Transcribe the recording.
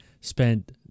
spent